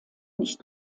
nicht